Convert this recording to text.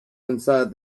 inside